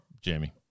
Jamie